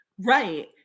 right